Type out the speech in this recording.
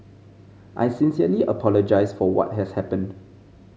I sincerely apologise for what has happened